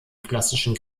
klassischen